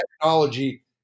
technology